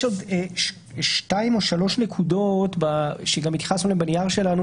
יש עוד שתיים או שלוש נקודות שגם התייחסנו אליהן בנייר שלנו